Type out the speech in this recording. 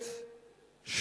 לעמוד כאן היום בפניכם,